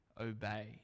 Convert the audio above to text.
obey